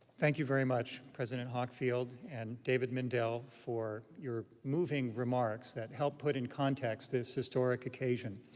thank you very much, president hockfield and david mindell, for your moving remarks that helped put in context this historic occasion.